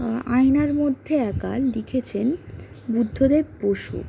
আয়নার মধ্যে একা লিখেছেন বুদ্ধদেব বসু